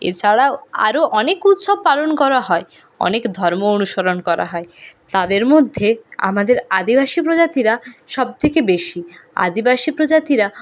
এছাড়াও আরো অনেক উৎসব পালন করা হয় অনেক ধর্ম অনুসরণ করা হয় তাদের মধ্যে আমাদের আদিবাসী প্রজাতিরা সব থেকে বেশি আদিবাসী প্রজাতিরা